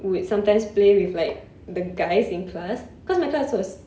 would sometimes play with like the guys in class cause my classes